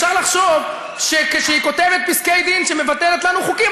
אפשר לחשוב שכשהיא כותבת פסקי-דין שמבטלת לנו חוקים,